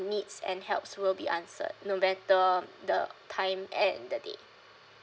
needs and helps will be answered no matter the time and the date